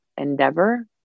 Endeavor